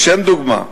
לשם דוגמה,